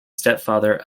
stepfather